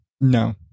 No